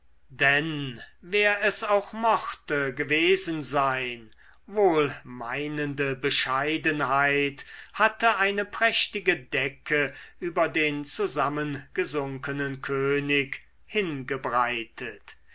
denn wer es auch mochte gewesen sein wohlmeinende bescheidenheit hatte eine prächtige decke über den zusammengesunkenen könig hingebreitet